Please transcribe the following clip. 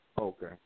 Okay